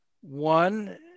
one